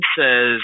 says